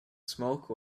smoke